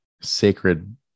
sacred